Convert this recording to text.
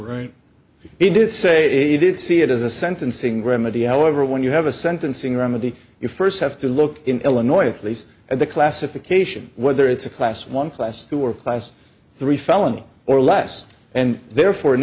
right he did say did see it as a sentencing remedy however when you have a sentencing remedy you first have to look in illinois police and the classification whether it's a class one class two or class three felony or less and therefore in